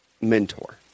mentor